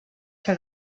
que